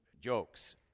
jokes